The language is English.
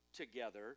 together